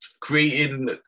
creating